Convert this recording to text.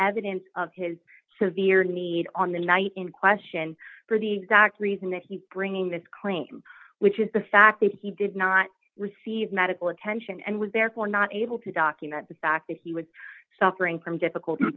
evidence of his severe need on the night in question for the exact reason that he bringing this claim which is the fact that he did not receive medical attention and was therefore not able to document the fact that he would be suffering from difficulty